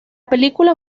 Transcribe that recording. película